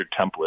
template